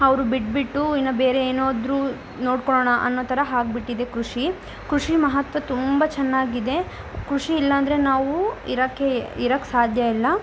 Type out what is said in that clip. ಅವರು ಬಿಟ್ಬಿಟ್ಟು ಇನ್ನು ಬೇರೆ ಏನಾದ್ರೂ ನೋಡ್ಕೊಳೋಣ ಅನ್ನೋ ಥರ ಆಗ್ಬಿಟ್ಟಿದೆ ಕೃಷಿ ಕೃಷಿ ಮಹತ್ವ ತುಂಬ ಚೆನ್ನಾಗಿದೆ ಕೃಷಿ ಇಲ್ಲಾಂದರೆ ನಾವು ಇರೋಕ್ಕೆ ಇರಕ್ಕೆ ಸಾಧ್ಯ ಇಲ್ಲ